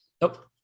nope